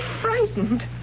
frightened